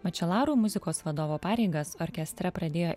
mačelaru muzikos vadovo pareigas orkestre pradėjo